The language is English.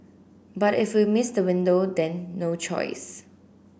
but if we miss the window then no choice